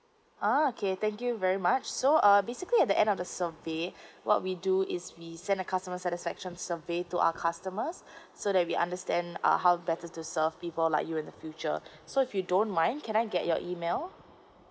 okay thank you very much so uh basically at the end of the survey what we do is we send a customer satisfaction survey to our customers so that we understand uh how better to serve people like you in the future so if you don't mind can I get your email